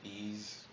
ease